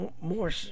More